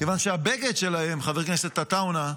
כיוון שהבגד שלהם, חבר הכנסת עטאונה,